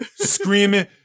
Screaming